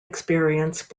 experience